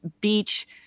Beach